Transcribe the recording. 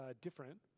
different